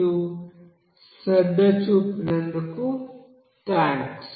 మీరు శ్రద్ధ చూపినందుకు థాంక్స్